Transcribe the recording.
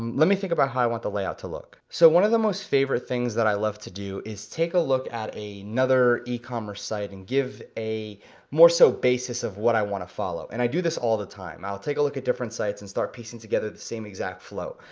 let me think about how i want the layout to look. so one of the most favorite things that i love to do is take a look at another e-commerce site, and give a more so basis of what i wanna follow, and i do this all the time. i'll take a look at different sites and start piecing together the same exact flow.